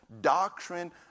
doctrine